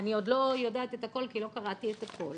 אני עוד לא יודעת את הכול כי לא קראתי את הכול,